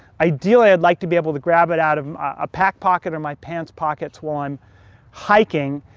ideally, i'd like to be able to grab it out of a pack pocket or my pants pockets while i'm hiking.